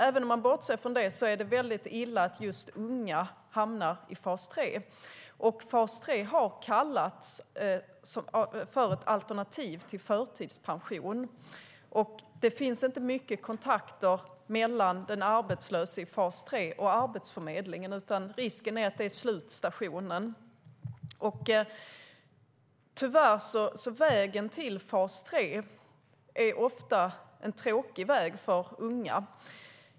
Även om man bortser från det är det väldigt illa att just unga hamnar där. Fas 3 har kallats för ett alternativ till förtidspension. Det finns inte mycket kontakter mellan den arbetslöse i fas 3 och Arbetsförmedlingen, utan risken är att det blir slutstationen. Tyvärr är vägen till fas 3 en tråkig väg för unga.